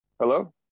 Hello